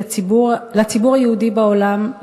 לציבור היהודי בעולם,